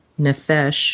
nefesh